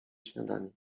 śniadanie